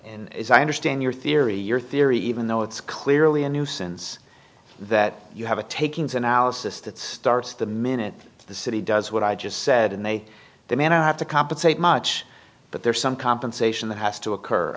and as i understand your theory your theory even though it's clearly a nuisance that you have a takings analysis that starts the minute the city does what i just said and they demand i have to compensate much but there's some compensation that has to occur